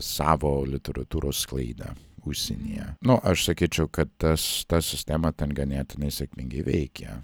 savo literatūros sklaida užsienyje nu aš sakyčiau kad tas ta sistema ten ganėtinai sėkmingai veikia